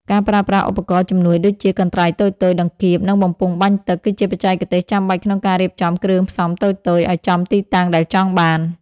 ការប្រើប្រាស់ឧបករណ៍ជំនួយដូចជា កន្ត្រៃតូចៗ ដង្កៀប និងបំពង់បាញ់ទឹក គឺជាបច្ចេកទេសចាំបាច់ក្នុងការរៀបចំគ្រឿងផ្សំតូចៗឱ្យចំទីតាំងដែលចង់បាន។